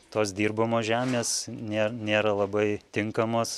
tos dirbamos žemės ne nėra labai tinkamos